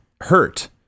hurt